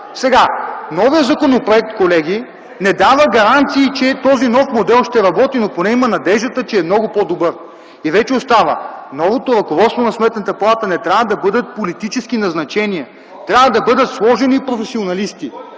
начин. Новият законопроект, колеги, не дава гаранции, че този нов модел ще работи, но поне има надеждата, че е много по-добър. И вече остава: новото ръководство на Сметната палата не трябва да бъдат политически назначения, трябва да бъдат сложени професионалисти,